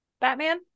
batman